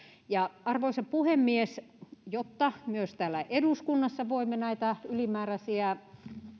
arvoisa puhemies jotta myös täällä eduskunnassa voimme näitä ylimääräisiä